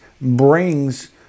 brings